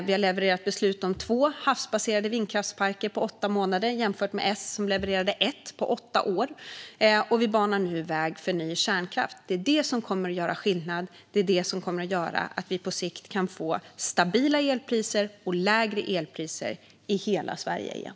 Vi har levererat beslut om två havsbaserade vindkraftsparker på åtta månader, jämfört med S som levererade ett på åtta år. Vi banar nu väg för ny kärnkraft. Det är vad som kommer att göra skillnad och göra att vi på sikt kan få stabila elpriser och lägre elpriser i hela Sverige igen.